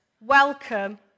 welcome